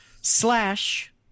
Slash